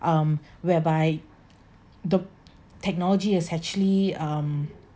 um whereby the technology has actually um